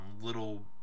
little